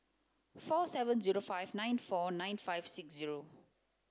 four seven zero five nine four nine five six zero